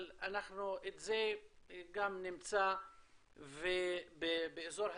את זה אנחנו נמצא גם באזור הצפון,